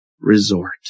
resort